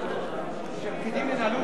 שפקידים ינהלו,